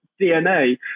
DNA